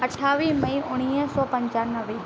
अठावीह मई उणिवीह सौ पंजानवे